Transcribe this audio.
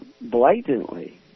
blatantly